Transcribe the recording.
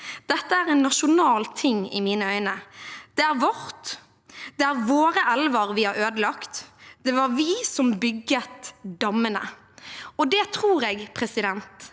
Dette er en nasjonal ting i mine øyne. Det er vårt. Det er våre elver vi har ødelagt. Det var vi som bygget dammene.» Det tror jeg er